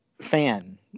fan